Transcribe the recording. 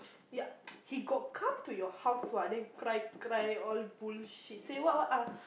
you're he got come to your house what then cry cry all bullshit say what what ah